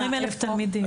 20 אלף תלמידים.